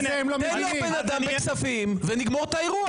תן לו בן אדם בכספים ונגמור את האירוע.